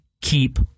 keep